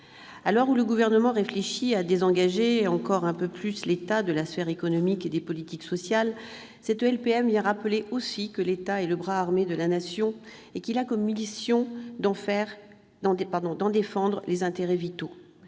l'heure où le Gouvernement réfléchit à désengager encore un peu plus l'État de la sphère économique et des politiques sociales, cette LPM vient aussi rappeler que l'État est le bras armé de la Nation et qu'il a comme mission d'en défendre les intérêts vitaux.